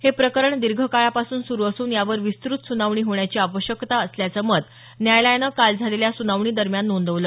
हे प्रकरण दीर्घकाळापासून सुरू असून यावर विस्तृत सुनावणी होण्याची आवश्यकता असल्याचं मत न्यायालयानं काल झालेल्या सुनावणीदरम्यान नोंदवलं